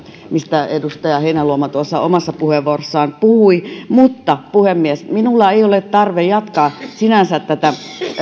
mistä edustaja heinäluoma omassa puheenvuorossaan puhui mutta puhemies minulla ei ole tarve jatkaa sinänsä tätä